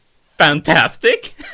fantastic